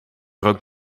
rookt